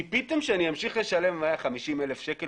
ציפיתם שאני אמשיך לשלם 150,000 שקלים